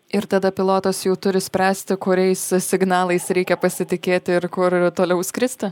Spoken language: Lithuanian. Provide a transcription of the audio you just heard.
ir tada pilotas jau turi spręsti kuriais signalais reikia pasitikėti ir kur toliau skristi